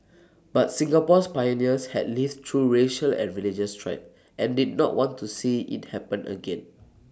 but Singapore's pioneers had lived through racial and religious strife and did not want to see IT happen again